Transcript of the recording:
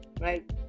right